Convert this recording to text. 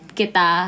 kita